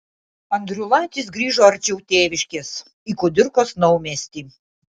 andriulaitis grįžo arčiau tėviškės į kudirkos naumiestį